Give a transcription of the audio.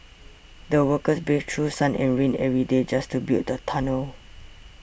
the workers braved through sun and rain every day just to build the tunnel